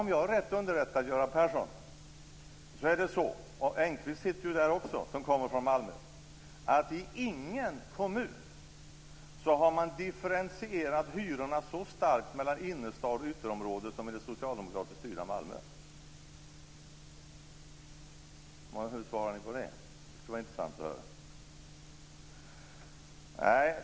Om jag är rätt underrättad, Göran Persson - och Engqvist som kommer från Malmö sitter ju också med - är det så att inte i någon kommun har man differentierat hyrorna så starkt mellan innerstad och ytterområde som i det socialdemokratiskt styrda Malmö. Hur svarar ni på det? Det skulle vara intressant att höra.